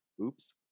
Oops